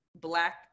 Black